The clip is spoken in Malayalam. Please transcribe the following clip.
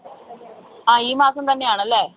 അ ഈ മാസം തന്നെയാണല്ലേ